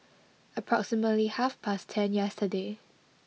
approximately half past ten yesterday